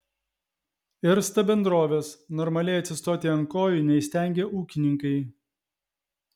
irsta bendrovės normaliai atsistoti ant kojų neįstengia ūkininkai